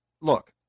look